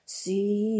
see